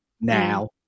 now